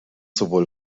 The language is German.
sowohl